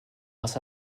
was